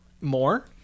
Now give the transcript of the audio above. more